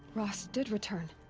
rost did return.